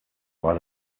war